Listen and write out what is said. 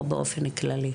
או באופן כללי?